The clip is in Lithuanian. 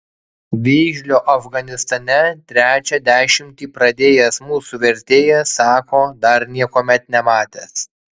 vėžlio afganistane trečią dešimtį pradėjęs mūsų vertėjas sako dar niekuomet nematęs